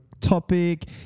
topic